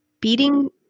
beating